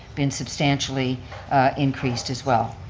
been substantially increased as well.